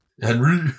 Henry